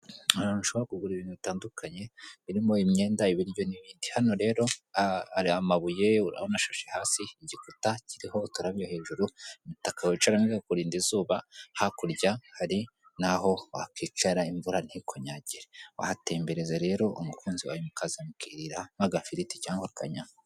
Hari ahantu ushobora kugura ibintu bitandukanye birimo imyenda, ibiryo n'ibindi. Hano rero hari amabuye urabona ashashe hasi igikuta kiriho uturabyo hejuru, umutaka wicaramo ukakurinda izuba hakurya hari naho wakwicara imvura ntikunyagire wahatembereza rero umukunzi wawe mukaza mukirira nk'agafiriti cyangwa akanyama.